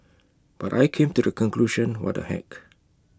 but I came to the conclusion what the heck